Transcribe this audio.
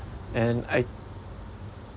and I